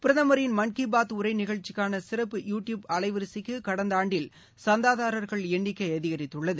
பிரகமரின் மன் சி பாத் உரை நிகழ்ச்சிக்கான சிறப்பு யூ டியூப் அலைவரிசைக்கு கடந்த ஆண்டில் சந்தாதாரர்கள் எண்ணிக்கை அதிகரித்துள்ளது